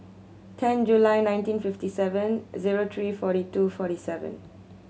ten July nineteen fifty seven zero three forty two forty seven